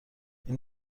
این